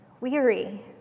weary